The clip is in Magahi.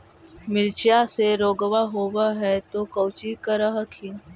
मिर्चया मे रोग्बा होब है तो कौची कर हखिन?